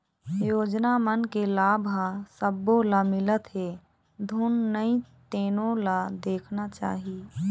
योजना मन के लाभ ह सब्बो ल मिलत हे धुन नइ तेनो ल देखना चाही